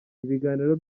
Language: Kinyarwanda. ibiganiro